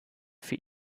für